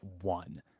one